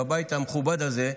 בבית המכובד הזה,